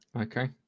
Okay